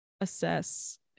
assess